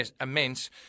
immense